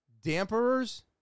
damperers